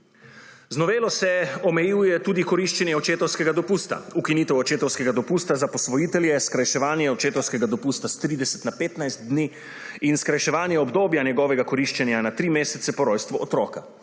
Z novelo se omejuje tudi koriščenje očetovskega dopusta, ukinitev očetovskega dopusta za posvojitelje, skrajševanje očetovskega dopusta s 30 na 15 dni in skrajševanje obdobja njegovega koriščenja na tri mesece po rojstvu otroka.